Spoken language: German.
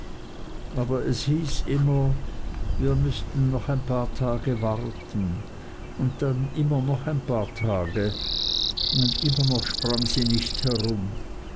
aber es hieß immer wir müssen noch ein paar tage warten und dann immer noch ein paar tage und immer noch sprang sie nicht herum